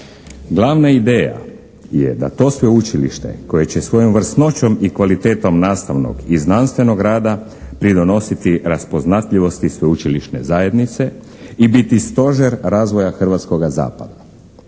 Glavna ideja je da to sveučilište koje će svojom vrsnoćom i kvalitetom nastavnog i znanstvenog rada pridonositi raspoznatljivosti sveučilišne zajednice i biti stožer razvoja hrvatskoga zapada.